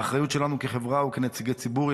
האחריות שלנו כחברה וכנציגי ציבור היא